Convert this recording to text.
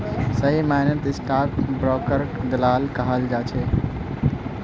सही मायनेत स्टाक ब्रोकरक दलाल कहाल जा छे